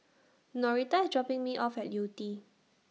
Norita IS dropping Me off At Yew Tee